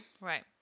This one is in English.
right